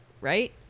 right